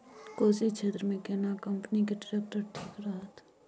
कोशी क्षेत्र मे केना कंपनी के ट्रैक्टर ठीक रहत?